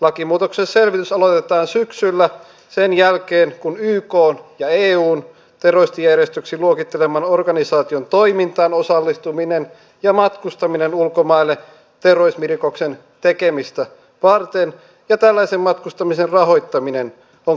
lakimuutoksen selvitys aloitetaan syksyllä sen jälkeen kun ykn ja eun terroristijärjestöksi luokitteleman organisaation toimintaan osallistuminen matkustaminen ulkomaille terrorismirikoksen tekemistä varten ja tällaisen matkustaminen rahoittaminen on kriminalisoitu